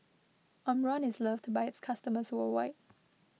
Omron is loved by its customers worldwide